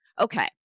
Okay